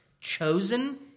chosen